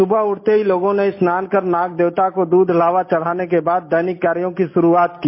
सुबह उठते ही लोगों ने स्नान कर नाग देवता को दूध लावा चढ़ाने के बाद दैनिक कार्यो की शुरुआत की